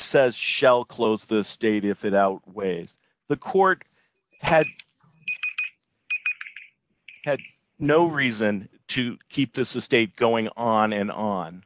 says shell close to the state if it outweighs the court had had no reason to keep this estate going on and on